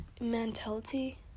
mentality